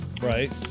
right